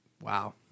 Wow